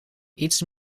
iets